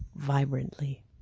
vibrantly